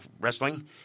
wrestling